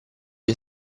gli